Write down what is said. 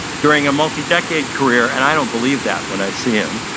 during a multi-decade career, and i don't believe that when i see him.